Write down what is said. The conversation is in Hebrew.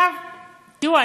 תראו,